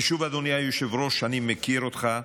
ושוב, אדוני היושב-ראש, אני מכיר אותך,